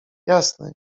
jasne